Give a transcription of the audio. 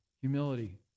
humility